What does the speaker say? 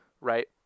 right